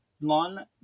non